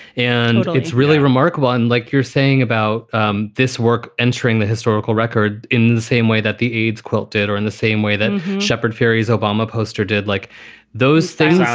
and it's really remarkable. and like you're saying about um this work entering the historical record in the same way that the aids quilt did or in the same way that shepard fairey is. obama poster did like those things.